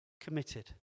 committed